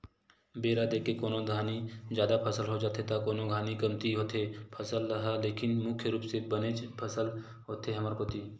बेरा देख के कोनो घानी जादा फसल हो जाथे त कोनो घानी कमती होथे फसल ह लेकिन मुख्य रुप ले बनेच फसल होथे हमर कोती